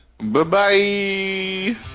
Bye-bye